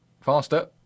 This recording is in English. Faster